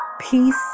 Peace